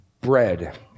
bread